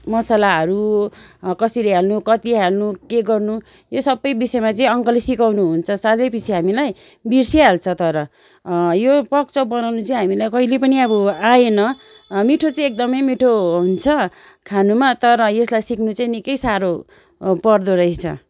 मसालाहरू कसरी हाल्नु कति हाल्नु के गर्नु यो सबै विषयमा चाहिँ अङ्कलले सिकाउनुहुन्छ सालै पिच्छे हामीलाई बिर्सिहाल्छ तर यो पर्क चप बनाउनु चाहिँ हामीलाई कहिले पनि अब आएन मिठो चाहिँ एकदमै मिठो हुन्छ खानुमा तर यसलाई सिक्नु चाहिँ निक्कै साह्रो पर्दो रहेछ